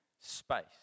space